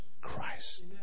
Christ